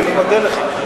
אני מודה לך.